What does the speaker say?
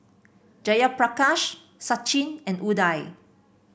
Jayaprakash Sachin and Udai